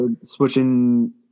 switching